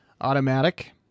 automatic